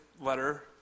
letter